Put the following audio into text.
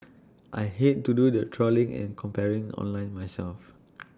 I hate to do the trawling and comparing online myself